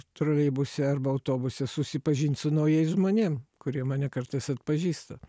troleibuse arba autobuse susipažint su naujais žmonėm kurie mane kartais atpažįsta